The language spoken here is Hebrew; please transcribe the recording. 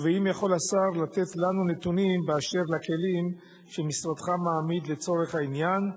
האם יכול השר לתת לנו נתונים באשר לכלים שמשרדך מעמיד לצורך העניין?